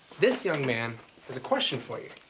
this young man has a question for you.